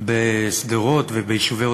בשדרות וביישובי עוטף-עזה,